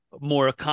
more